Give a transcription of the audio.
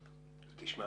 תשמע,